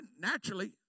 naturally